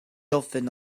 ofyn